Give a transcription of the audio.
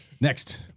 Next